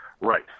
Right